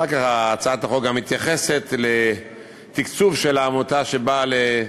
אחר כך הצעת החוק גם מתייחסת לתקצוב של העמותה שבאה